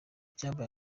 byabaye